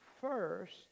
first